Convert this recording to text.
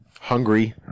hungry